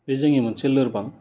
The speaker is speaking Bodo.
बे जोंनि मोनसे लोरबां